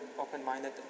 open-minded